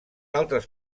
altres